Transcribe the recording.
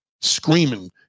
screaming